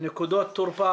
נקודות תורפה,